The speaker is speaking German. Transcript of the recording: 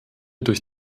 durch